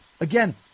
Again